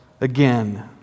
again